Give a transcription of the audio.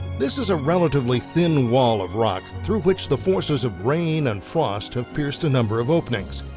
this is a relatively thin wall of rock through which the forces of rain and frost have pierced a number of openings.